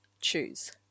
choose